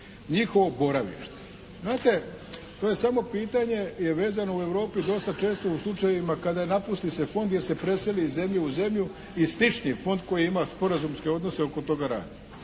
njihovo boravište. Znate, to je samo pitanje, je vezano u Europi dosta često u slučajevima kada napusti se fond jer se preseli iz zemlje u zemlju i …/Govornik se ne razumije./… fond koji ima sporazumske odnose oko toga radi.